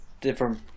different